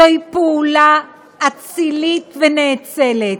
זוהי פעולה אצילית ונאצלת,